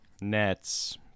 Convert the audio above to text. nets